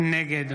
נגד